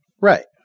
Right